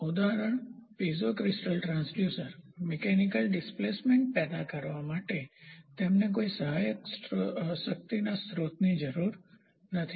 ઉદાહરણ piezo crystal transducer mechanical displacement પેદા કરવા માટે તેમને કોઈ સહાયક શક્તિના સ્ત્રોતની જરૂર નથી